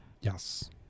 Yes